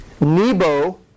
Nebo